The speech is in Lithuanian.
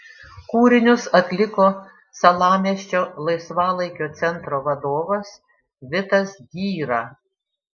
kūrinius atliko salamiesčio laisvalaikio centro vadovas vitas dyra